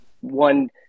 One